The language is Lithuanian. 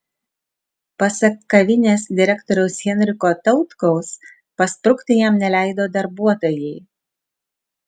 pasak kavinės direktoriaus henriko tautkaus pasprukti jam neleido darbuotojai